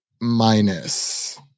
minus